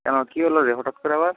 কেন কী হল রে হঠাৎ করে আবার